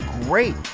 great